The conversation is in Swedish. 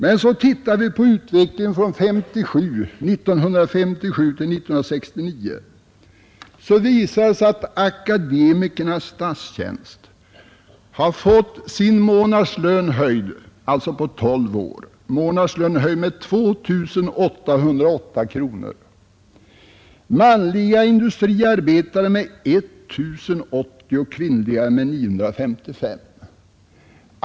När man ser på utvecklingen från 1957 till 1969 visar det sig att akademikerna i statstjänst på dessa tolv år har fått sin månadslön höjd med 2 808 kronor, manliga industriarbetare med 1 080 kronor och kvinnliga med 955.